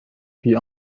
puis